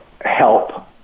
help